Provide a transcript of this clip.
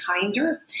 kinder